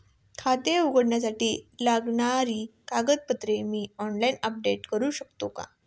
खाते उघडण्यासाठी लागणारी कागदपत्रे मी ऑनलाइन अपलोड करू शकतो का?